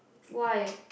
why